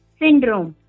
syndrome